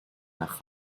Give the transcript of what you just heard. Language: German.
nach